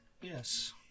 Yes